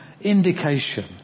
indication